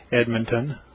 Edmonton